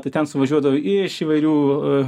tai ten suvažiuodavo iš įvairių